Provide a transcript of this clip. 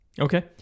Okay